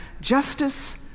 justice